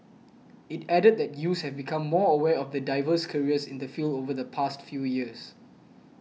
it added that youths have become more aware of the diverse careers in the field over the past few years